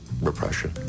repression